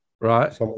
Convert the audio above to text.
Right